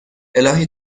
الهی